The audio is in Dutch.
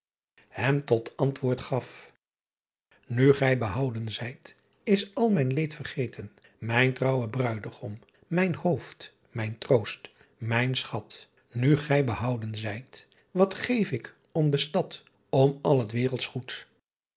hem tot antwoord gaf u gy behouden zijt is al mijn leet vergeten ijn trouwe bruidegom mijn hooft mijn troost mijn schat u gy behouden zijt wat geef ick om de stadt m al het wereltsch goed